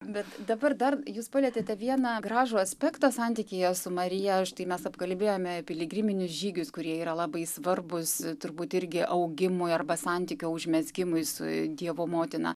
bet dabar dar jūs palietėte vieną gražų aspektą santykyje su marija štai mes apkalbėjome piligriminius žygius kurie yra labai svarbūs turbūt irgi augimui arba santykio užmezgimui su dievo motina